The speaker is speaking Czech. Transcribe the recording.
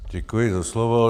Děkuji za slovo.